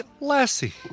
Lassie